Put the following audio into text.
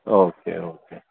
okay okay